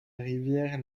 rivière